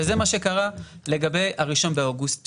וזה מה שקרה לגבי ה-1 באוגוסט,